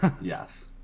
Yes